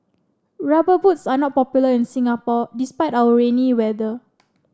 rubber boots are not popular in Singapore despite our rainy weather